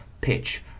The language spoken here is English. pitch